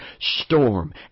storm